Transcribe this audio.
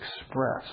express